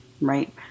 right